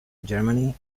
germany